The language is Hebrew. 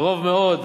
קרוב מאוד,